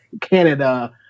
Canada